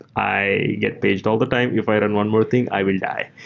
i get paged all the time. if i run one more thing, i will die.